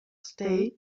state